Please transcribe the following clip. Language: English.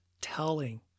telling